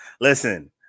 listen